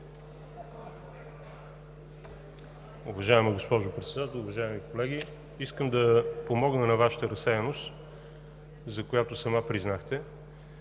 Уважаема госпожо Председател, уважаеми колеги! Искам да помогна на Вашата разсеяност, за която сама признахте,